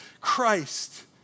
Christ